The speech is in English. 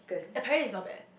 apparently is not bad